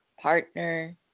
partner